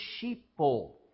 sheepfold